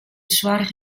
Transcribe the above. soarch